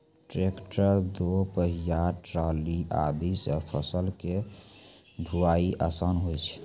tractor, दो पहिया trolley आदि सॅ फसल के ढुलाई आसान होय जाय छै